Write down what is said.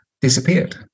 disappeared